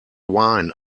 wine